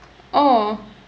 oh